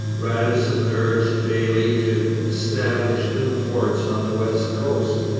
radisson urged bayly to establish new forts on the west coast,